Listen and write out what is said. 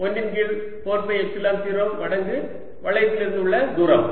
1 இன் கீழ் 4 pi epsilon 0 மடங்கு வளையதிலிருந்து உள்ள தூரம்